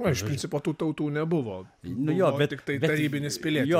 na iš principo tų tautų nebuvo nu jo bet tiktai tarybinis pilietis